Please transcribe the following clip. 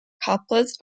couplets